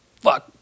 fuck